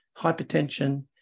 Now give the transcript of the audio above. hypertension